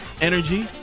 energy